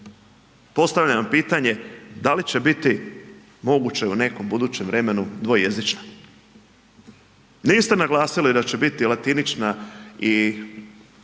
Postavljam pitanje, da li će biti moguće u nekom budućem vremenu dvojezična? Niste naglasili da će biti latinična i